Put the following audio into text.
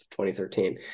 2013